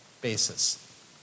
basis